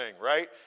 right